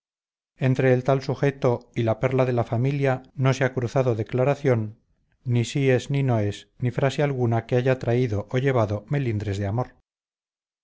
entre el tal sujeto y la perla de la familia no se ha cruzado declaración ni síes ni noes ni frase alguna que haya traído o llevado melindres de amor